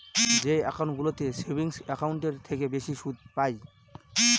যে একাউন্টগুলোতে সেভিংস একাউন্টের থেকে বেশি সুদ পাই